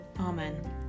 amen